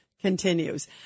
continues